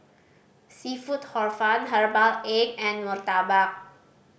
seafood Hor Fun herbal egg and murtabak